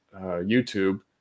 YouTube